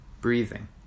breathing